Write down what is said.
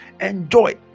Enjoy